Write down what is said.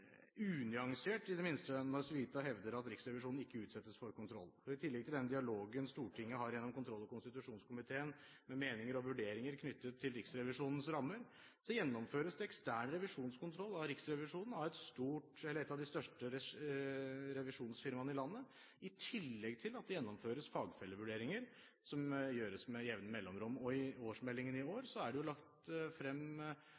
unyansert – i det minste – når Civita hevder at Riksrevisjonen ikke utsettes for kontroll, for i tillegg til den dialogen Stortinget har gjennom kontroll- og konstitusjonskomiteen, med meninger og vurderinger knyttet til Riksrevisjonens rammer, gjennomføres det ekstern revisjonskontroll av Riksrevisjonen av et av de største revisjonsfirmaene i landet, i tillegg til at det gjennomføres fagfellevurderinger som gjøres med jevne mellomrom. Og i årsmeldingen i